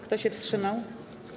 Kto się wstrzymał?